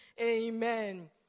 Amen